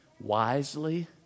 wisely